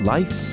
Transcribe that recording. Life